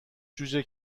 جوجه